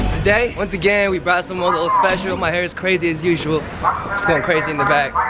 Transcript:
today, once again, we brought someone a little special my hair is crazy as usual, just going crazy in the back.